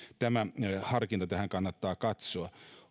tämä harkinta tähän kannattaa katsoa